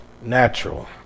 natural